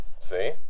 See